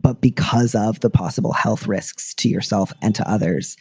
but because of the possible health risks to yourself and to others.